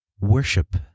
worship